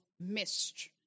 missed